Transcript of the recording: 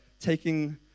taking